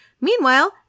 Meanwhile